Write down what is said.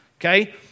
okay